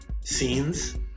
scenes